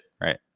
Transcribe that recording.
Right